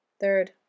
Third